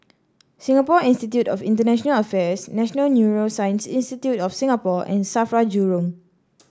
Singapore Institute of International Affairs National Neuroscience Institute of Singapore and Safra Jurong